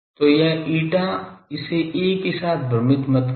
तो यह eta इसे a के साथ भ्रमित मत करो